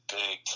big